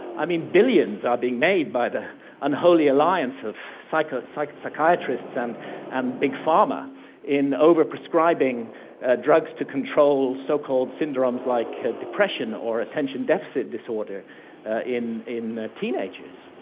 i mean, billions are being made by the unholy alliance of so like ah so like psychiatrists and and big pharma in overprescribing drugs to control so-called syndromes like depression or attention deficit disorder in in teenagers.